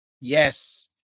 Yes